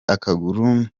akaguru